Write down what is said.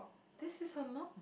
this is her mum